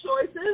choices